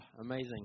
amazing